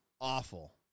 awful